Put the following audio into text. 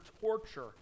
torture